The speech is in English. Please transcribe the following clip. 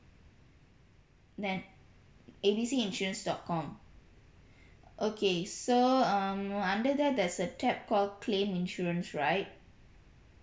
then A B C insurance dot com okay so um under there there's a tab call claim insurance right